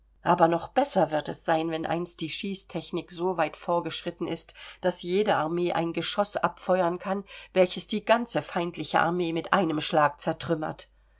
aber noch besser wird es sein wenn einst die schießtechnik so weit vorgeschritten ist daß jede armee ein geschoß abfeuern kann welches die ganze feindliche armee mit einem schlag